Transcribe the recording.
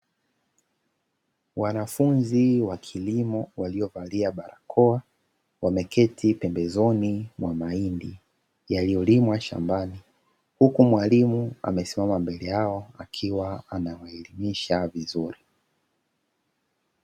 Wanafunzi wa kilimo waliovalia barakoa, wameketi pembezoni mwa mahindi yaliyolimwa shambani, huku mwalimu amesimama mbele yao akiwa anawaelimisha vizuri.